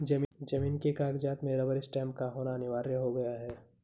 जमीन के कागजात में रबर स्टैंप का होना अनिवार्य हो गया है